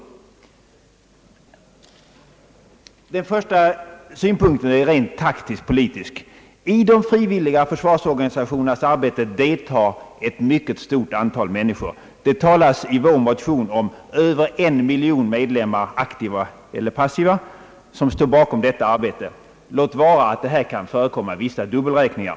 Den första synpunkten är rent taktisk-politisk. I de frivilliga försvarsorganisationernas arbete deltar ett mycket stort antal människor. Det talas i vår motion om en miljon medlemmar, aktiva eller passiva, som står bakom detta arbete — låt vara att det kan förekomma vissa dubbelräkningar.